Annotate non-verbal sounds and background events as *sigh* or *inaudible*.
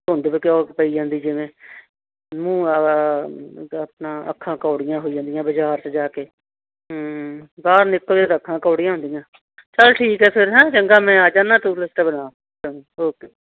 ਧੁੰਦ ਵੀ *unintelligible* ਪਈ ਜਾਂਦੀ ਜਿਵੇਂ ਮੂੰਹ ਆਪਣਾ ਅੱਖਾਂ ਕੌੜੀਆਂ ਹੋਈ ਜਾਂਦੀਆਂ ਬਾਜ਼ਾਰ 'ਚ ਜਾ ਕੇ ਹੂੰ ਬਾਹਰ ਨਿਕਲਦੇ ਤਾਂ ਅੱਖਾਂ ਕੌੜੀਆਂ ਹੁੰਦੀਆਂ ਚਲ ਠੀਕ ਹੈ ਫਿਰ ਹੈਂ ਚੰਗਾ ਮੈਂ ਆ ਜਾਂਦਾ ਤੂੰ ਲਿਸਟ ਬਣਾ ਚੰ ਓਕੇ